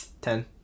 Ten